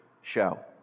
show